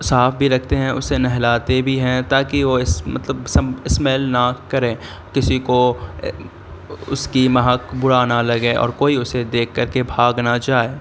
صاف بھی رکھتے ہیں اسے نہلاتے بھی ہیں تاکہ وہ اس مطلب سب اسمیل نہ کریں کسی کو اس کی مہک برا نہ لگے اور کوئی اسے دیکھ کر کے بھاگ نہ جائے